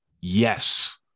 Yes